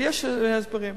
ויש הסברים.